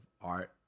art